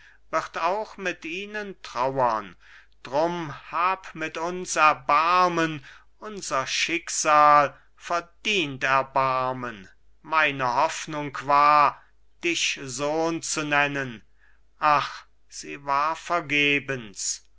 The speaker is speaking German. wird auch mit ihnen trauern drum hab mit uns erbarmen unser schicksal verdient erbarmen meine hoffnung war dich sohn zu nennen ach sie war vergebens